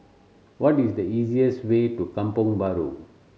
what is the easiest way to Kampong Bahru